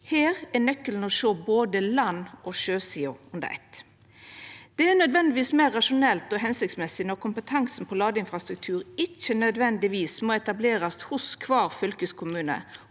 Her er nøkkelen å sjå både land- og sjøsida under eitt. Det er jo meir rasjonelt og hensiktsmessig når kompetansen på ladeinfrastruktur ikkje nødvendigvis må etablerast hos kvar fylkeskommune,